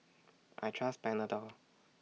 I Trust Panadol